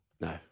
No